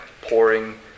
pouring